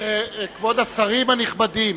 כבוד השרים הנכבדים,